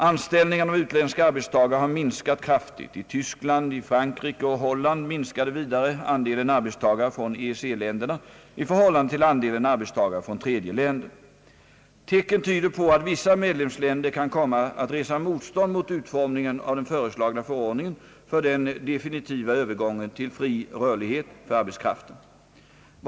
Anställningen av utländska arbetstagare har minskat kraftigt. I Tyskland, Frankrike och Holland minskade vidare andelen arbetstagare från EEC-länderna i förhållande till andelen arbetstagare från tredje länder. Tecken tyder på att vissa medlemsländer kan komma att resa motstånd mot utformningen av den föreslagna förordningen för den definitiva övergången till fri rörlighet för arbetskraften.